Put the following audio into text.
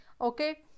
Okay